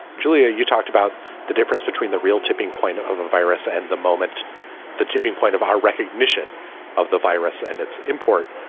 julia, you talked about the difference between the real tipping point of a virus and the moment the tipping point of our recognition of the virus and its import.